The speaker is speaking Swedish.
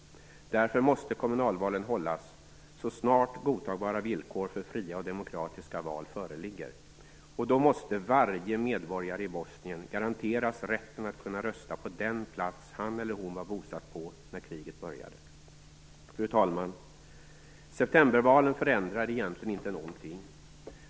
Därför måste kommunalvalen hållas så snart godtagbara villkor för fria och demokratiska val föreligger. Och då måste varje medborgare i Bosnien garanteras rätten att kunna rösta på den plats han eller hon var bosatt på när kriget började. Fru talman! Septembervalen förändrade egentligen inte någonting.